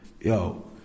yo